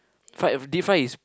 fried deep fry is